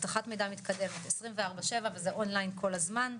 אבטחת מידע מתקדמת 24/7 וזה און ליין כל הזמן.